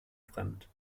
fremd